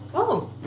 oh.